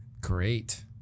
Great